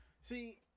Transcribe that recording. See